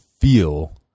feel